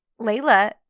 Layla